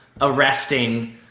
arresting